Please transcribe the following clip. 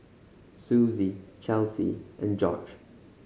Suzie Chelsea and Jorge